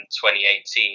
2018